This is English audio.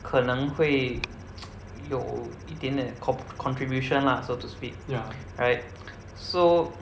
可能会 有一点点 co~ contribution lah so to speak right so